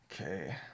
Okay